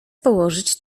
położyć